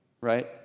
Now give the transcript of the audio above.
right